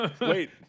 Wait